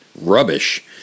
rubbish